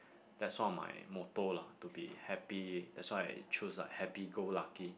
that's one of my motto lah to be happy that's why I choose like happy go lucky